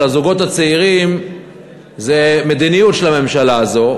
הזוגות הצעירים זו מדיניות של הממשלה הזו,